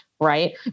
Right